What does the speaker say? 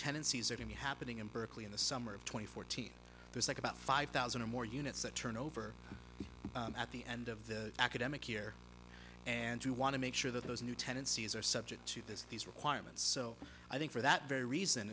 tendencies are going to happening in berkeley in the summer of twenty fourteen there's like about five thousand or more units that turn over at the end of the academic year and we want to make sure that those new tenancies are subject to this these requirements so i think for that very reason